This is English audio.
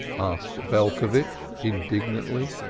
asked belcovitch indignantly.